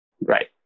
Right